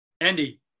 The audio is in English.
Andy